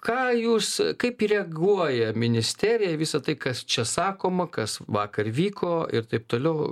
ką jūs kaip reaguoja ministerija į visa tai kas čia sakoma kas vakar vyko ir taip toliau